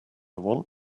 want